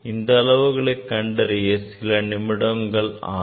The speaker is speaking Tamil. இந்த அளவுகளை கண்டறிய சில நிமிடங்களே ஆகும்